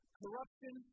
corruption